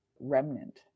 remnant